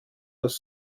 das